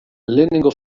lehenengo